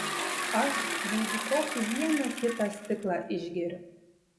aš jeigu kokį vieną kitą stiklą išgeriu